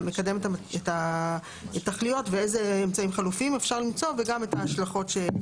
מקדם את התכליות ואיזה אמצעים חלופיים אפשר למצוא וגם את ההשלכות.